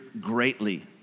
greatly